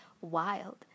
wild